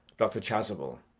dr. chasuble.